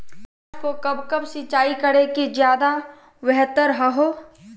प्याज को कब कब सिंचाई करे कि ज्यादा व्यहतर हहो?